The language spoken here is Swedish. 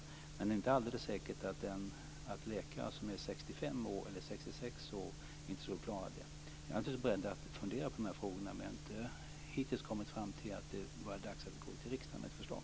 Men det är inte alldeles säkert att läkare som är 65 eller 66 år inte skulle klara det. Jag är naturligtvis beredd att fundera på frågan, men jag har hittills inte kommit fram till att det har varit dags att gå till riksdagen med ett förslag.